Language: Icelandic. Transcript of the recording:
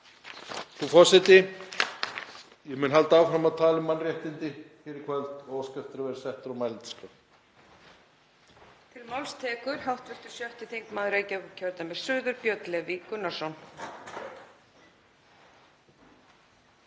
Frú forseti. Ég mun halda áfram að tala um mannréttindi hér í kvöld og óska eftir að vera settur á mælendaskrá.